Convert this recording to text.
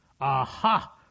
Aha